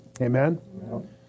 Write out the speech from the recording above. Amen